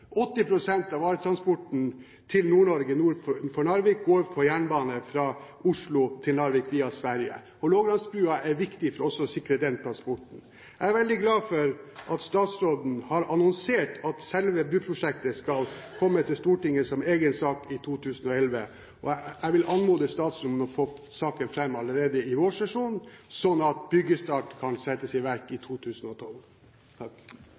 av all transport til Nord-Norge nord for Narvik går på jernbane fra Oslo til Narvik via Sverige. Hålogalandsbrua er viktig også for å sikre den transporten. Jeg er veldig glad for at statsråden har annonsert at selve bruprosjektet skal komme til Stortinget som egen sak i 2011. Jeg vil anmode statsråden om å få saken fram allerede i vårsesjonen, slik at byggestart kan settes i verk i